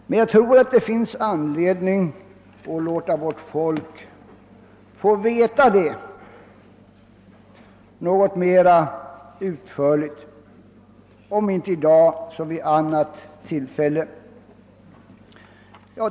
Men jag tror det finns anledning låta vårt folk få litet mer kännedom om dessa förhållanden, om inte i dag så vid något annat tillfälle.